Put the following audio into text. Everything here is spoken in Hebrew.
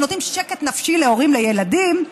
שנותנים שקט נפשי להורים לילדים,